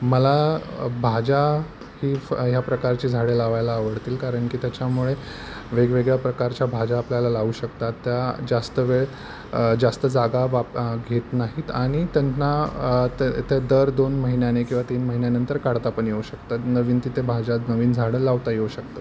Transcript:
मला भाज्या ही फ् ह्या प्रकारची झाडे लावायला आवडतील कारण की त्याच्यामुळे वेगवेगळ्या प्रकारच्या भाज्या आपल्याला लावू शकतात त्या जास्त वेळ जास्त जागा वाप् घेत नाहीत आणि त्यांना ते ते दर दोन महिन्यांनी किंवा तीन महिन्यांनंतर काढता पण येऊ शकतात नवीन तिथे भाज्या नवीन झाडं लावता येऊ शकतात